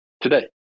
today